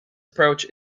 approach